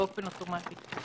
מתחום הבריאות ומתחום המשפטי,